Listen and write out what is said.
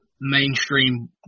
Mainstream